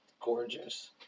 gorgeous